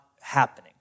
happening